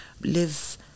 live